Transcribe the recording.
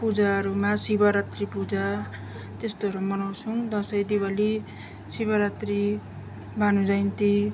पूजाहरूमा शिव रात्री पूजा त्यस्तोहरू मनाउँछौँ दसैँ दिवाली शिव रात्री भानु जयन्ती